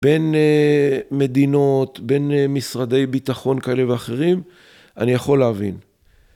‫בין מדינות, בין משרדי ביטחון ‫כאלה ואחרים, אני יכול להבין.